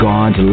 God